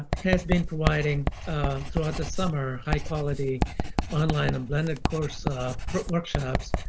has been providing throughout the summer high quality online and blended course ah workshops